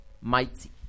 mighty